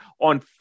on